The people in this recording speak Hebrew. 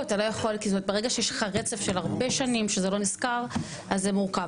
ברגע שיש לך רצף של הרבה שנים שזה לא נזכר אז זה מורכב,